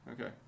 okay